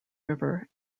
river